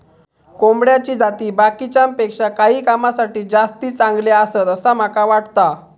कोंबड्याची जाती बाकीच्यांपेक्षा काही कामांसाठी जास्ती चांगले आसत, असा माका वाटता